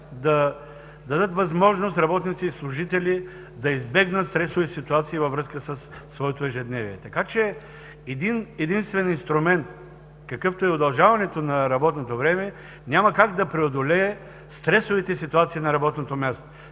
да дадат възможност работници и служители да избегнат стресови ситуации във връзка със своето ежедневие. Така че един-единствен инструмент, какъвто е удължаването на платения отпуск, няма как да преодолее стресовите ситуации на работното място.